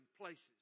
places